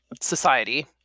society